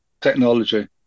technology